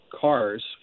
cars